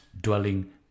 dwelling